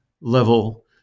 level